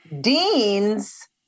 Dean's